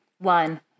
One